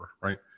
right